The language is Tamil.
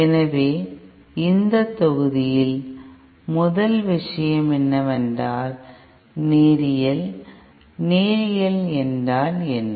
எனவே இந்த தொகுதியில் முதல் விஷயம் என்னவென்றால் நேரியல் நேரியல் என்றால் என்ன